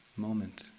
Moment